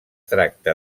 tracta